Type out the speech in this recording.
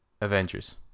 Avengers